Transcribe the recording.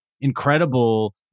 incredible